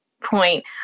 point